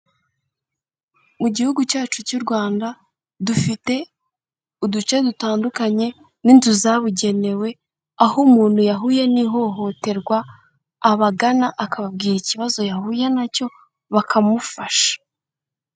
Mu gihugu cyacu cy'u Rwanda dufite uduce dutandukanye n'inzu zabugenewe, aho umuntu yahuye n'ihohoterwa abagana akababwira ikibazo yahuye na cyo bakamufasha.